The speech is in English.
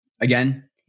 Again